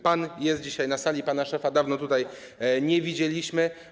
Pan jest dzisiaj na sali, pana szefa dawno tutaj nie widzieliśmy.